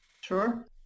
Sure